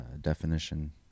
definition